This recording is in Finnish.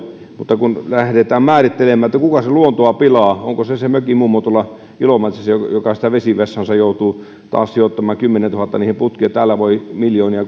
mutta kun lähdetään määrittelemään kuka luontoa pilaa onko se se mökin mummo tuolla ilomantsissa joka joka siihen vesivessaansa taas joutuu sijoittamaan kymmenentuhannen niihin putkiin kun täällä voi miljoonia